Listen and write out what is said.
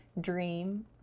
dream